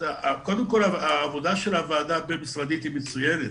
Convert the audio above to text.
העבודה של הוועדה הבין-משרדית היא מצוינת.